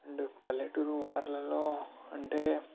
and పల్లెటూరు వాళ్ళలో అంటే